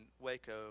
Waco